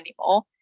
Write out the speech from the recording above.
anymore